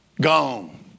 Gone